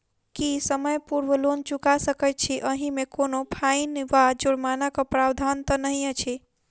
की समय पूर्व लोन चुका सकैत छी ओहिमे कोनो फाईन वा जुर्मानाक प्रावधान तऽ नहि अछि?